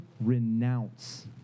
renounce